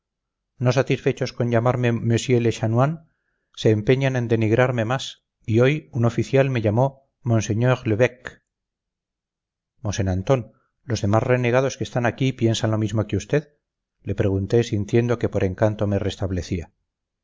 no satisfechos con llamarme monsieur le chanoine se empeñan en denigrarme más y hoy un oficial me llamó monseigneur l'éveque mosén antón los demás renegados que están aquí piensan lo mismo que usted le pregunté sintiendo que por encanto me restablecía